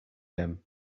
him